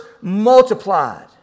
multiplied